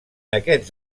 aquests